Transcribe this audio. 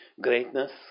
Greatness